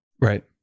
Right